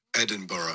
Edinburgh